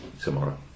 tomorrow